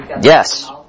Yes